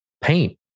paint